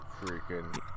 freaking